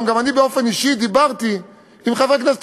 גם אני באופן אישי דיברתי עם חברי הכנסת